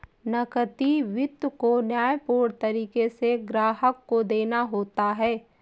नकदी वित्त को न्यायपूर्ण तरीके से ग्राहक को देना होता है